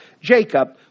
Jacob